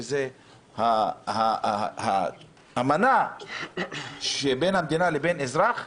שזו האמנה בין המדינה לבין אזרח,